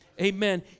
Amen